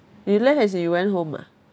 you left as in you went home ah